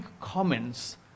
comments